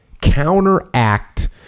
counteract